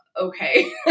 okay